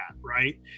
Right